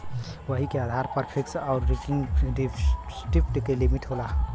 वही के आधार पर फिक्स आउर रीकरिंग डिप्सिट के लिमिट होला